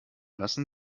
lassen